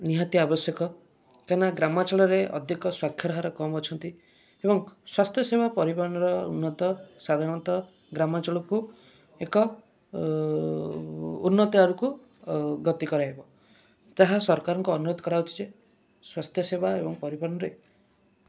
ନିହାତି ଆବଶ୍ୟକ କାହିଁକି ନା ଗ୍ରାମାଞ୍ଚଳରେ ଅଧିକ ସ୍ଵାକ୍ଷର ହାର କମ୍ ଅଛନ୍ତି ଏବଂ ସ୍ଵାସ୍ଥ ସେବା ପରିବହନର ଉନ୍ନତ ସାଧାରଣତଃ ଗ୍ରାମାଞ୍ଚଳକୁ ଏକ ଉନ୍ନତ ଆଡ଼କୁ ଗତି କରାଇବ ତାହା ସରକାରଙ୍କୁ ଅନୁରୋଧ କରାହେଉଛି ଯେ ସ୍ଵାସ୍ଥ ସେବା ଏବଂ ପରିବହନରେ